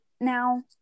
now